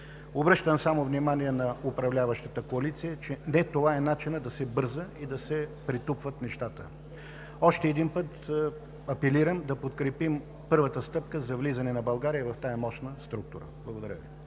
Обръщам само внимание на управляващата коалиция, че не това е начинът – да се бърза, да се претупват нещата! Още един път апелирам да подкрепим първата стъпка за влизане на България в тази мощна структура. Благодаря Ви.